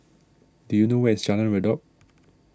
do you know where is Jalan Redop